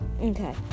Okay